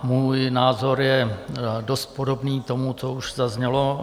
Můj názor je dost podobný tomu, co už zaznělo.